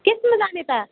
केमा जाने त